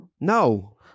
No